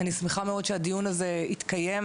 אני שמחה מאוד שהדיון הזה התקיים.